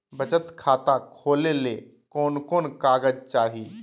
बचत खाता खोले ले कोन कोन कागज चाही?